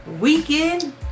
Weekend